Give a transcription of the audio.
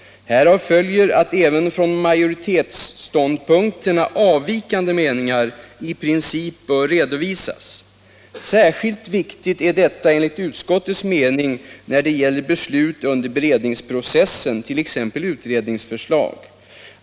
Härav följer att även från majoritetsståndpunkterna avvikande meningar i princip bör redovisas. Särskilt viktigt är detta enligt utskottets mening när det gäller beslut under beredningsprocessen, t.ex. utredningsförslag.